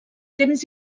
temps